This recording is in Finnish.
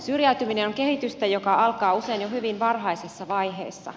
syrjäytyminen on kehitystä joka alkaa usein jo hyvin varhaisessa vaiheessa